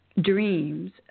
dreams